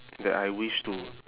that I wish to